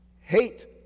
hate